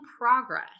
progress